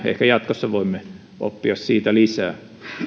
ehkä jatkossa voimme oppia siitä lisää